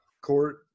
court